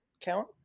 count